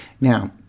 Now